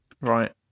Right